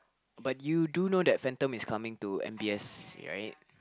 but you do know that phantom is coming to M_B_S right